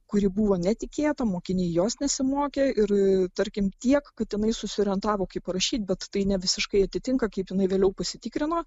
kuri buvo netikėta mokiniai jos nesimokė ir tarkim tiek kad jinai susiorientavo kaip parašyti bet tai ne visiškai atitinka kaip jinai vėliau pasitikrino